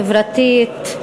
חברתית,